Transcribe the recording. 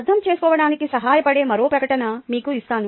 అర్థం చేసుకోవడానికి సహాయపడే మరో ప్రకటన మీకు ఇస్తాను